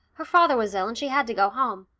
her father was ill, and she had to go home.